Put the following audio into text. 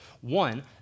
One